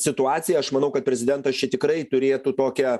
situaciją aš manau kad prezidentas čia tikrai turėtų tokią